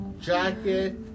jacket